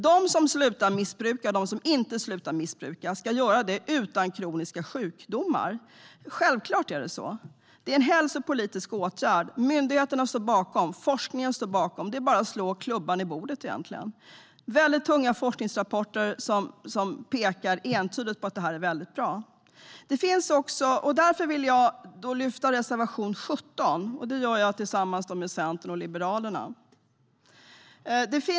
De som slutar missbruka och de som inte slutar missbruka ska göra det utan kroniska sjukdomar. Självklart är det så. Detta är en hälsopolitisk åtgärd som myndigheterna står bakom och som forskningen står bakom. Det är egentligen bara att slå klubban i bordet. Det finns mycket tunga forskningsrapporter som pekar entydigt på att detta är mycket bra. Därför vill jag lyfta fram reservation 17, som är gemensam för Vänsterpartiet, Centern och Liberalerna.